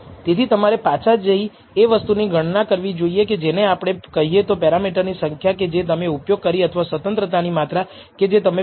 તેથી તમારે પાછા જઈ એ વસ્તુ ની ગણના કરવી જોઈએ કે જેને આપણે કહીએ તો પેરામીટર ની સંખ્યા કે જે તમે ઉપયોગ કરી અથવા સ્વતંત્રતાની માત્રા કે જે તમે આ અંકના અનુમાન માટે ઉપયોગ કરી